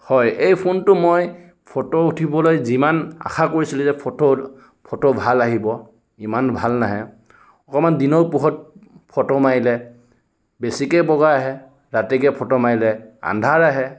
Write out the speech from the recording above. হয় এই ফোনটো মই ফটো উঠিবলৈ যিমান আশা কৰিছিলোঁ যে ফটোত ফটো ভাল আহিব ইমান ভাল নাহে অকণমান দিনৰ পোহৰত ফটো মাৰিলে বেছিকৈয়ে বগা আহে ৰাতিকৈ ফটো মাৰিলে আন্ধাৰ আহে